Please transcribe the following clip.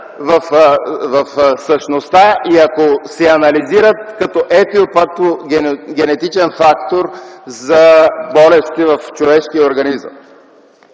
в същността и ако се анализират като етиопатогенетичен фактор за болести в човешкия организъм.